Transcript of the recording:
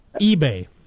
eBay